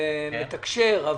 הוא מתקשר,